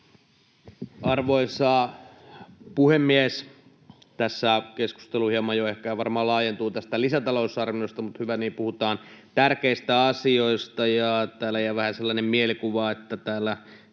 Arvoisa puhemies! Tässä keskustelu hieman jo ehkä, varmaan laajentuu tästä lisätalousarviosta, mutta hyvä niin, puhutaan tärkeistä asioista. Täällä jäi vähän sellainen mielikuva, että täällä